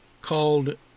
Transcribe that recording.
called